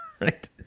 right